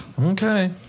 Okay